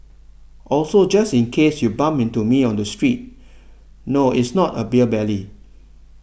also just in case you bump into me on the streets no it's not a beer belly